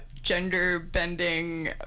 gender-bending